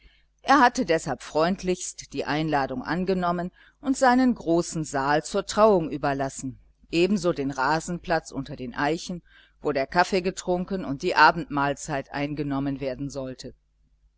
er hatte deshalb freundlichst die einladung angenommen und seinen großen saal zur trauung überlassen ebenso den rasenplatz unter den eichen wo der kaffee getrunken und die abendmahlzeit eingenommen werden sollte